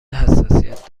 حساسیت